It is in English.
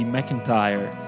McIntyre